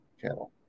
channel